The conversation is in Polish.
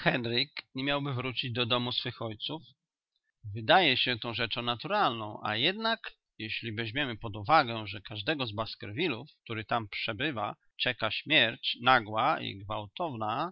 henryk nie miałby wrócić do domu swych ojców wydaje się to rzeczą naturalną a jednak jeśli weźmiemy pod uwagę że każdego z baskervillów który tam przebywa czeka śmierć nagła i gwałtowna